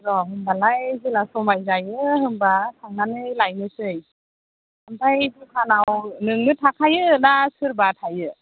र' होमबालाय जेला समाय जायो होमबा थांनानै लायनोसै ओमफाय दखानआव नोंनो थाखायो ना सोरबा थायो